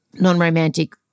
non-romantic